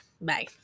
bye